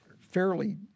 fairly